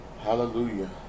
Hallelujah